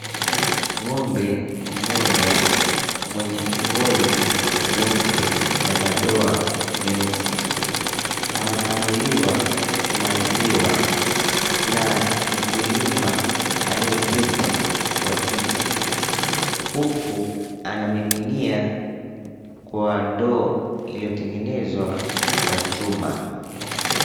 Ng'ombe mmoja, mwenye ngozi nyeupe na madoa meusi. Anakamuliwa maziwa na mkulima aliyeketi kwa kiti, huku anamiminia kwa ndoo iliyotengenezwa kwa chuma.